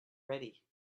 ready